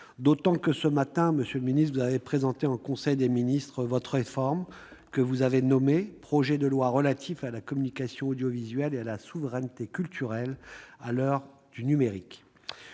public. Ce matin, monsieur le ministre, vous avez présenté en conseil des ministres votre réforme, que vous nommez « projet de loi relatif à la communication audiovisuelle et à la souveraineté culturelle à l'ère du numérique